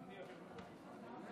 כבוד